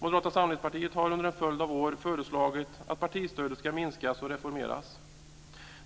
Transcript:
Moderata samlingspartiet har under en följd av år föreslagit att partistödet ska minskas och reformeras.